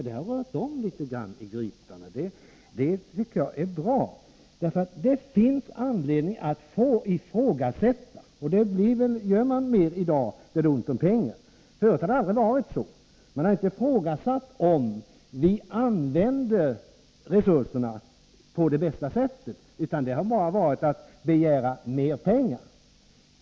Det har rört om litet i grytan, och det tycker jag är bra, för det finns anledning att ifrågasätta, och det gör man mer i dag när det är ont om pengar. Förut var det aldrig så. Man ifrågasatte inte om vi använde resurserna på det bästa sättet, utan det var bara att begära mer pengar.